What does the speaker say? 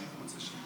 קבוצת סיעת ש"ס,